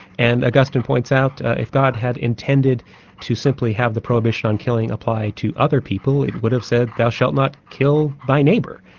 and augustine point out if god had intended to simply have the prohibition on killing applied to other people he would have said, thou shalt not kill they neighbour,